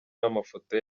n’amafoto